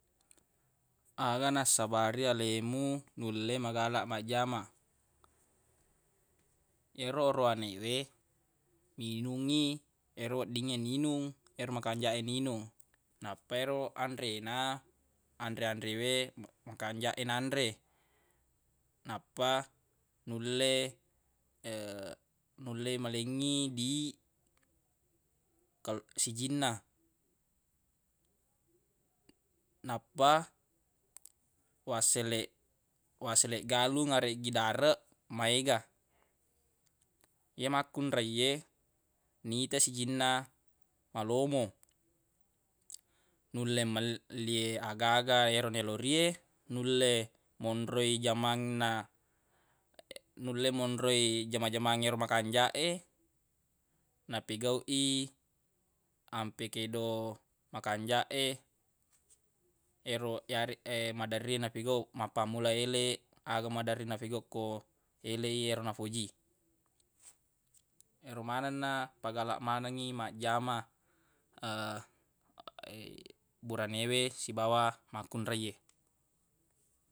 Aga nassabari alemu nulle magalaq majjama ero orowane we minungngi ero weddingnge ninung ero makanjaq e ninung nappa ero anrena anre-anre we ma- makanjaq e nanre nappa nulle nulle malengngi di kalo- sijinna nappa wasseleq- wasseleq galung areggi dareq maega ye makkunreie nita sijinna malomo nulle melli agaga yero nelori e nulle monroi jamangna nulle monroi jama-jamangnge ero makanjaq e napigauq i ampe kedo makanjaq e ero- yare- maderri nafigauq mappammula eleq aga maderri nafegauq ko eleq i yero nafoji ero manenna pagalaq manengngi majjama burane we sibawa makkunreie.